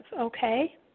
okay